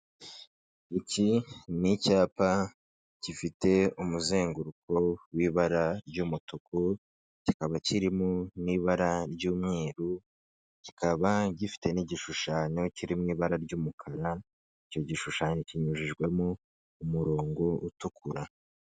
Iki ni icyapa gifite umuzenguruko w'ibara ry'umutuku, kikaba kirimo n'ibara ry'umweru, kikaba gifite n'igishushanyo kiri mu ibara ry'umukara, icyo gishushanyo kinyujijwemo umurongo utukura.